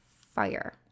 fire